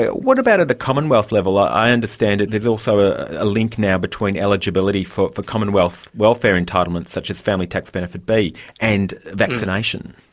what about at a commonwealth level? i understand there's also a link now between eligibility for for commonwealth welfare entitlements such as family tax benefit b and vaccination.